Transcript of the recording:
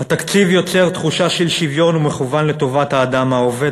"התקציב יוצר תחושה של שוויון ומכוון לטובת האדם העובד",